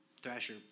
Thrasher